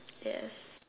yes